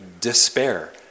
despair